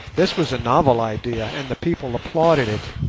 this was a novel idea, and the people applauded it.